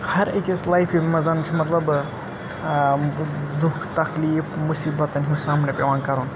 ہَر أکِس لایِفہِ منٛز چھُ مَطلَب دُکھ تکلِیِف مُصیٖبَتَن ہُنٛد سامنہٕ پیٚوان کَرُن